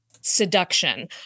seduction